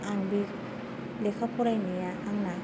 आं बे लेखा फरायनाया आंना